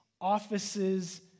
offices